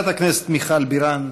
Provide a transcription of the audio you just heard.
חברת הכנסת מיכל בירן,